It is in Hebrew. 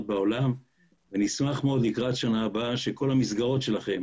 בעולם ונשמח מאוד לקראת שנה הבאה שכל המסגרות שלכם